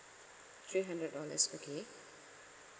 three hundred dollars okay